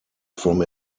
from